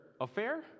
affair